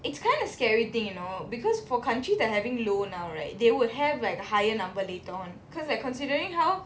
it's kind of scary thing you know because for country that having low now right they would have like the higher number later on because like considering how